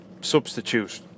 substitute